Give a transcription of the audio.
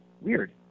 Weird